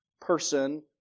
person